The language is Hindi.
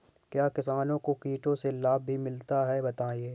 क्या किसानों को कीटों से लाभ भी मिलता है बताएँ?